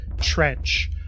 trench